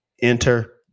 Enter